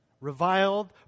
Reviled